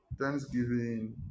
Thanksgiving